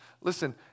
listen